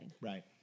Right